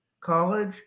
College